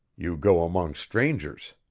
you go among strangers.